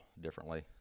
differently